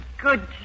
good